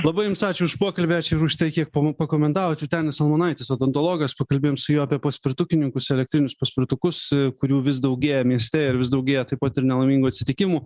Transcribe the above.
labai jums ačiū už pokalbį ačiū ir už tai kiek pakomentavot vytenis almonaitis odontologas pakalbėjom su juo apie paspirtukininkus elektrinius paspirtukus kurių vis daugėja mieste ir vis daugėja taip pat ir nelaimingų atsitikimų